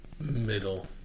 Middle